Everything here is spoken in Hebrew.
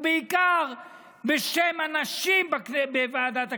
ובעיקר בשם הנשים בוועדת הכנסת,